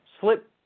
slip